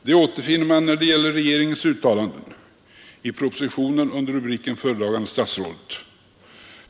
Det återfinner man, när det gäller regeringens uttalanden, i propositionen under rubriken Föredragande statsrådet.